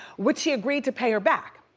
which he agreed to pay her back.